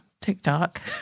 TikTok